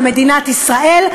במדינת ישראל,